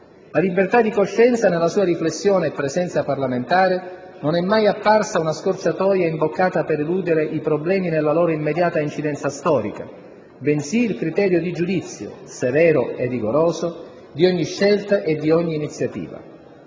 La libertà di coscienza nella sua riflessione e presenza parlamentare non è mai apparsa una scorciatoia imboccata per eludere i problemi nella loro immediata incidenza storica, bensì il criterio di giudizio - severo e rigoroso - di ogni scelta e di ogni iniziativa.